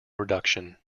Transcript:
reduction